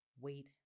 wait